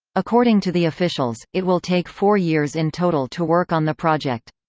according to the officials, it will take four years in total to work on the project.